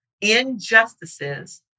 injustices